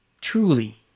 Truly